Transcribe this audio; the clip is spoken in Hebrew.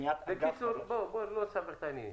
בנייה --- בקיצור, בלי לסבך את העניינים.